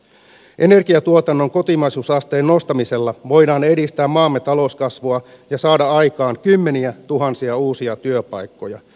ener giantuotannon kotimaisuusasteen nostamisella voidaan edistää maamme talouskasvua ja saada aikaan kymmeniätuhansia uusia työpaikkoja